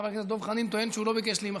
חבר הכנסת דב חנין טוען שהוא לא ביקש להימחק.